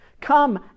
Come